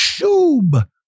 Shub